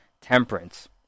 Temperance